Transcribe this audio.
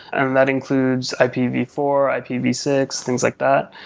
and and that includes i p v four, i p v six, things like that.